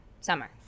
summer